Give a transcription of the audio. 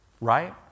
Right